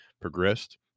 progressed